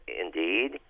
indeed